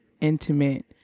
intimate